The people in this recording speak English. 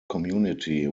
community